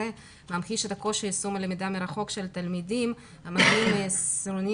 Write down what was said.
ממחיש את הקושי ליישום הלמידה מרחוק של התלמידים המגיעים מהעשירונים